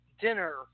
dinner